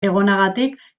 egonagatik